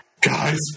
guys